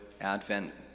Advent